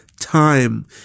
time